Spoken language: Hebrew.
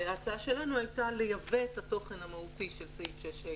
וההצעה שלנו הייתה לייבא את התוכן המהותי של סעיף 6(ה)